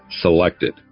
selected